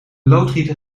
loodgieter